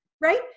Right